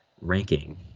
ranking